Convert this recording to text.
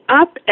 up